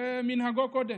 כמנהגו בקודש.